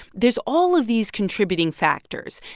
there's all of these contributing factors.